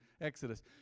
Exodus